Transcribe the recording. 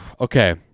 Okay